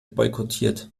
boykottiert